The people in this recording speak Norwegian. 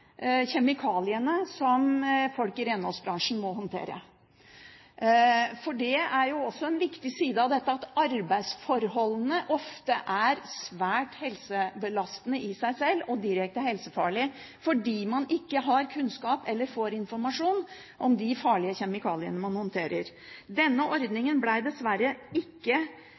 kjemikaliene som folk i renholdsbransjen må håndtere, for det er også en viktig side av dette at arbeidsforholdene ofte er svært helsebelastende i seg sjøl og direkte helsefarlige – fordi man ikke har kunnskap eller får informasjon om de farlige kjemikaliene man håndterer. Denne ordningen ble det dessverre ikke